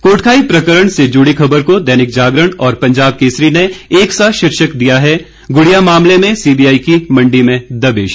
कोटखाई प्रकरण से जुड़ी खबर को दैनिक जागरण और पंजाब केसरी ने एक सा शीर्षक दिया है गुड़िया मामले में सीबीआइ की मंडी में दबिश